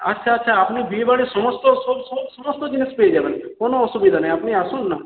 আচ্ছা আচ্ছা আপনি বিয়েবাড়ির সমস্ত সব সব সমস্ত জিনিস পেয়ে যাবেন কোনো অসুবিধা নেই আপনি আসুন না